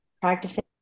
practicing